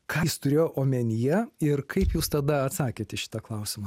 ką jis turėjo omenyje ir kaip jūs tada atsakėte į šitą klausimą